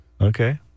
Okay